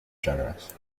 generous